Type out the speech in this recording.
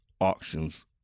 auctions